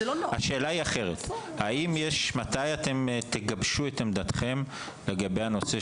השאלה היא אחרת: מתי אתם תגבשו את עמדתכם לגבי הנושא